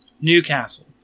Newcastle